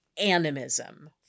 animism